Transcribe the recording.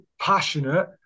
passionate